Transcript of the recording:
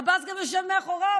עבאס גם יושב מאחוריו,